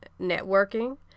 networking